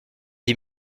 dix